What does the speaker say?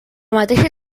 mateixa